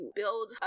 build